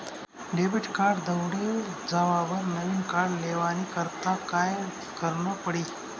Debit card दवडी जावावर नविन कार्ड लेवानी करता काय करनं पडी?